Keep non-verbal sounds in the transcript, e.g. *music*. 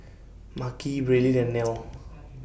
Makhi Braelyn and Nelle *noise*